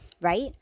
Right